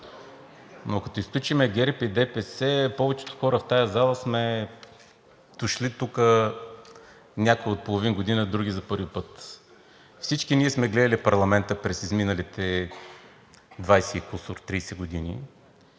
но като изключим ГЕРБ, ДПС, повечето хора в тази зала сме дошли тук някои от половин година, други за първи път. Всички ние сме гледали парламента през изминалите 20 и кусур – 30 години